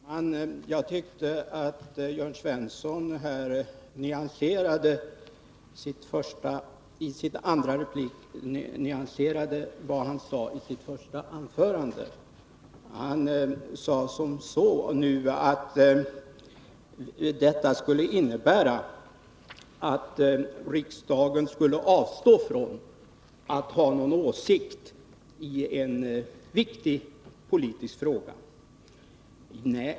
Fru talman! Jag tyckte att Jörn Svensson i sin replik nyanserade vad han sade i sitt första anförande. Nu menade han som så, att detta skulle innebära att riksdagen skulle avstå från att ha någon åsikt i en viktig politisk fråga.